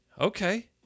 okay